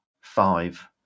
Five